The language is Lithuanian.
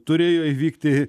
turėjo įvykti